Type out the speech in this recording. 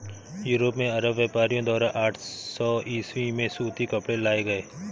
Europe में अरब व्यापारियों द्वारा आठ सौ ईसवी में सूती कपड़े लाए गए